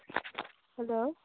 hello